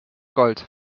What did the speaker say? gold